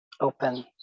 open